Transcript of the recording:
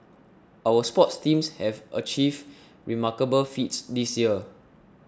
our sports teams have achieved remarkable feats this year